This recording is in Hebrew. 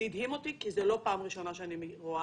זה הדהים אותי כי זו לא פעם ראשונה שאני רואה